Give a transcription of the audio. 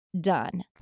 done